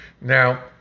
Now